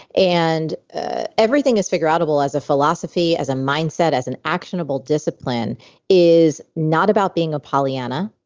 and ah everything is figureoutable as a philosophy, as a mindset, as an actionable discipline is not about being a pollyanna,